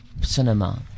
cinema